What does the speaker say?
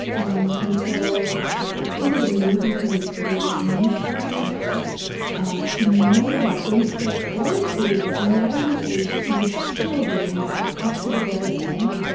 um and so it was amazing, to me, to be able to meet her ah to know that in her old age, at ninety eight, she was still giving back, up to the very end,